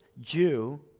Jew